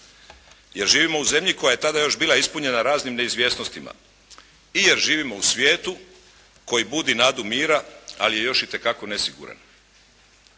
jer živimo u zemlji koja je još tada bila ispunjena raznim neizvjesnostima i jer živimo u svijetu koji budi nadu mira ali je još itekako nesiguran.